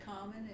common